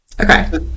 Okay